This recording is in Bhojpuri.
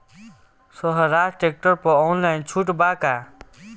सोहराज ट्रैक्टर पर ऑनलाइन छूट बा का?